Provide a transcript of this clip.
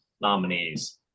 nominees